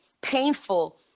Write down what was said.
painful